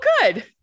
good